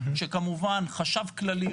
שכמובן חשב כללי,